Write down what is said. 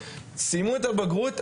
סיימו את הבגרות,